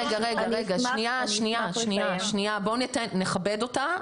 שניה, בואו נכבד אותה.